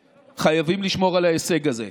חייבים לשמור על ההישג הזה.